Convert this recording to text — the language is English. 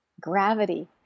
gravity